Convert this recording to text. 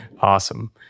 awesome